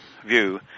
View